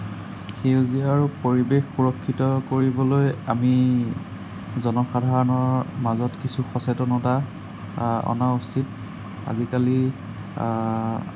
সেউজীয়া আৰু পৰিৱেশ সুৰক্ষিত কৰিবলৈ আমি জনসাধাৰণৰ মাজত কিছু সচেতনতা অনা উচিত আজিকালি